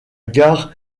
gare